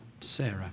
Sarah